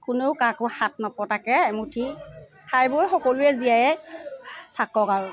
কোনেও কাকো হাত নপতাকৈ এমুঠি খাই বৈ সকলোৱে জীয়াইয়ে থাকক আৰু